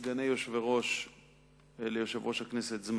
סגני יושב-ראש זמניים ליושב-ראש הכנסת.